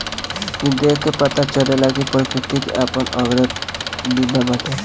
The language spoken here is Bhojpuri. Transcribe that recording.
ई देख के पता चलेला कि प्रकृति के आपन अलगे लीला बाटे